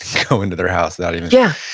go into their house without any, yeah